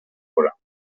بخورم